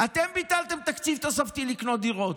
אתם ביטלתם תקציב תוספתי לקנות דירות,